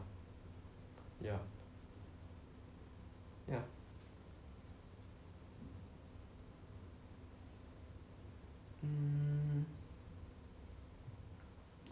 ya ya mm